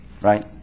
Right